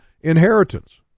inheritance